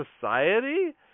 Society